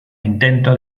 intento